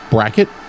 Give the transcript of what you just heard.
Bracket